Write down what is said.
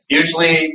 usually